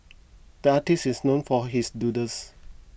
the artist is known for his doodles